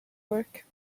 work